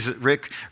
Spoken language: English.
Rick